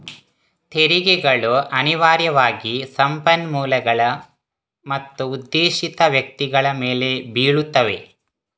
ತೆರಿಗೆಗಳು ಅನಿವಾರ್ಯವಾಗಿ ಸಂಪನ್ಮೂಲಗಳು ಮತ್ತು ಉದ್ದೇಶಿತ ವ್ಯಕ್ತಿಗಳ ಮೇಲೆ ಬೀಳುತ್ತವೆ